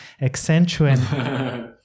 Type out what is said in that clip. accentuate